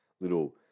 little